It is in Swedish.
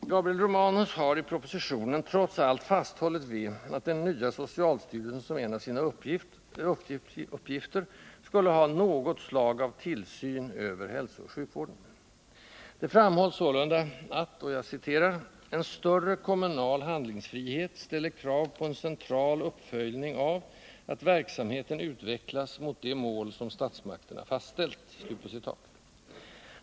Gabriel Romanus har i propositionen, trots allt, fasthållit vid att den nya socialstyrelsen som en av sina uppgifter skulle ha något slag av tillsyn över hälsooch sjukvården. Det framhålles sålunda att en större kommunal handlingsfrihet ställer krav på ”en central uppföljning av att verksamheterna utvecklas i riktning mot de mål som statsmakterna fastställt”.